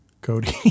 Cody